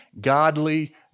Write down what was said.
godly